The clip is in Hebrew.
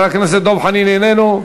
איננו.